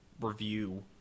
review